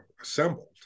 assembled